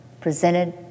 presented